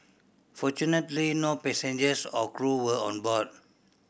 fortunately no passengers or crew were on board